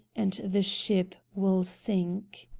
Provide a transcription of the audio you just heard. and the ship will sink!